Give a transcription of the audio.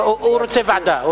הוא רוצה ועדה.